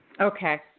Okay